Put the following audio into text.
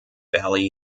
valley